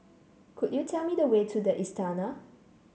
could you tell me the way to the Istana